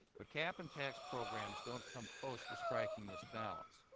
but cap-and-tax programs don't come close to striking this balance.